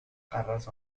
قررت